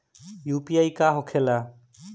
UPI का होके ला?